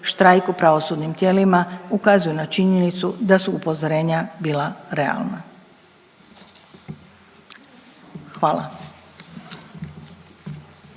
štrajk u pravosudnim tijelima ukazuje na činjenicu da su upozorenja bila realna, hvala.